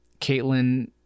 Caitlin